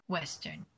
Western